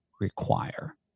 require